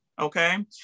Okay